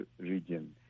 region